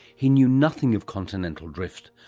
he knew nothing of continental drift,